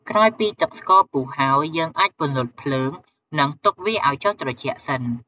ក្រោយពីទឹកស្ករពុះហើយ យើងអាចពន្លត់ភ្លើង និងទុកវាឱ្យចុះត្រជាក់សិន។